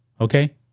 Okay